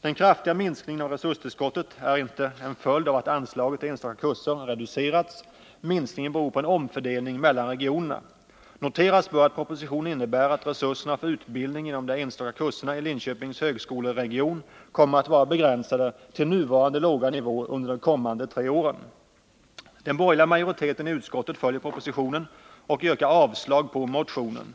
Den kraftiga minskningen av resurstillskottet är inte en följd av att anslaget till enstaka kurser reducerats. Minskningen beror på en omfördelning mellan regionerna. Noteras bör att propositionen innebär att resurserna för utbildning inom de enstaka kurserna i Linköpings högskoleregion kommer att vara begränsade till nuvarande låga nivå under de kommande tre åren. Den borgerliga majoriteten i utskottet följer propositionen och yrkar avslag på motionen.